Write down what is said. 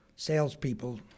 salespeople